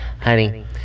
Honey